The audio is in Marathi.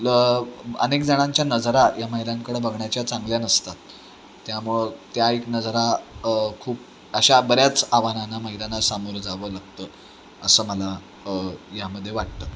ल अनेक जणांच्या नजरा या महिलांकडं बघण्याच्या चांगल्या नसतात त्यामुळं त्या एक नजरा खूप अशा बऱ्याच आव्हानांना महिलांना सामोरं जावं लागतं असं मला यामध्ये वाटतं